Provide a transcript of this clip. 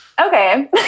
okay